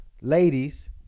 ladies